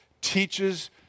teaches